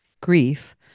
Grief